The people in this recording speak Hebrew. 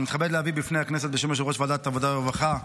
אני מתכבד להביא בפני הכנסת בשם יושב-ראש ועדת העבודה והרווחה,